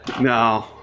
no